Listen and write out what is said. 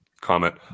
comment